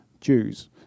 Jews